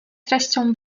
treścią